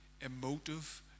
emotive